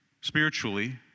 spiritually